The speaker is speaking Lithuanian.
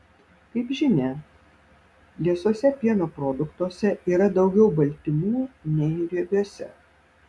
kaip žinia liesuose pieno produktuose yra daugiau baltymų nei riebiuose